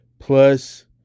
Plus